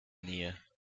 nähe